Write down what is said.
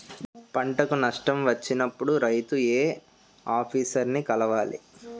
పంటకు నష్టం వచ్చినప్పుడు రైతు ఏ ఆఫీసర్ ని కలవాలి?